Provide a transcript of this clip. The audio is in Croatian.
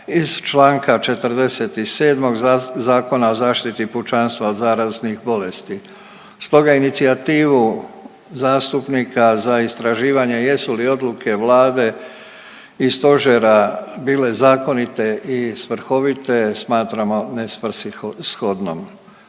iz članka 47. Zakona o zaštiti pučanstva od zaraznih bolesti. Stoga inicijativu zastupnika za istraživanje jesu li odluke Vlade i Stožera bile zakonite i svrhovite smatramo nesvrsishodnom.